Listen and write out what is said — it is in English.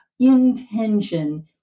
Intention